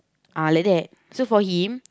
ah liddat so for him